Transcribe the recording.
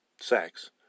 sex